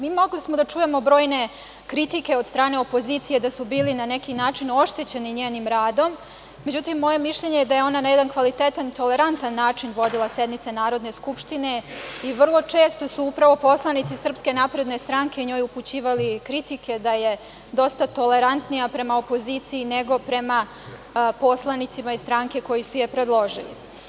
Mogli smo da čujemo brojne kritike od strane opozicije da su bili na neki način oštećeni njenim radom, međutim moje je mišljenje da je ona na jedan kvalitetan, tolerantan način vodila sednice Narodne skupštine i vrlo često su upravo poslanici SNS njoj upućivali kritike da je dosta tolerantnija prema opoziciji nego prema poslanicima iz stranke koji su je predložili.